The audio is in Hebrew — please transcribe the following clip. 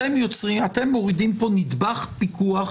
אתם מורידים פה נדבך פיקוח